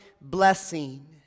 blessing